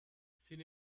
sin